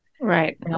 Right